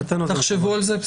תחשבו על זה.